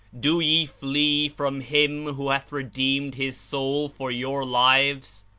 do ye flee from him who hath redeemed his soul for your lives?